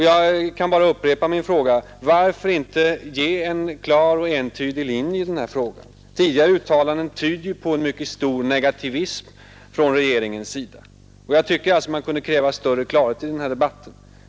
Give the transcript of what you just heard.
Jag kan bara upprepa min fråga: Varför inte ange en klar och entydig linje i denna fråga? Tidigare uttalanden tyder på en mycket stor negativism hos regeringen, och jag tycker att man kunde kräva större klarhet i denna debatt.